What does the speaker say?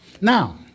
Now